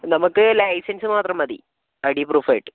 നമുക്ക് ലൈസൻസ് മാത്രം മതി ഐ ഡി പ്രൂഫ് ആയിട്ട്